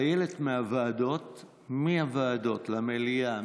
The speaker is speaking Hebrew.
הטיילת מהוועדות למליאה,